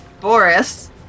boris